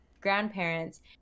grandparents